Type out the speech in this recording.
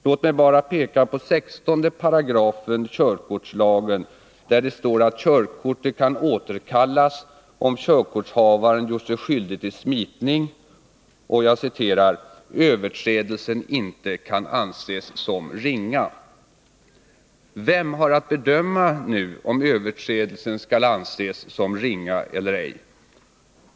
Låt mig bara peka på 16 § körkortslagen, där det står att körkortet kan återkallas om körkortshavaren gjort sig skyldig till smitning och ”överträdelsen inte kan anses som ringa”. Vem har att bedöma om överträdelsen skall anses ringa eller ej?